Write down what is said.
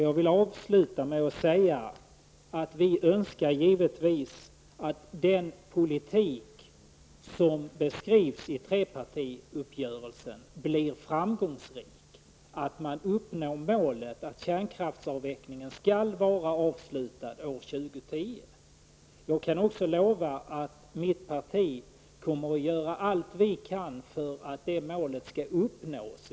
Jag vill avsluta med att säga att vi givetvis önskar att den politik som beskrivs i trepartiuppgörelsen blir framgångsrik, att vi uppnår målet att kärnkraftsavvecklingen skall vara avslutad 2010. Jag kan också lova att mitt parti kommer att göra allt det kan för att målet skall kunna uppnås.